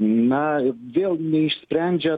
na vėl neišsprendžia